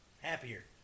happier